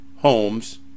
homes